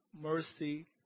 mercy